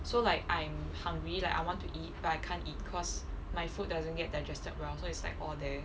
so like I'm hungry like I want to eat but I can't eat cause my food doesn't get digested well so it's like all there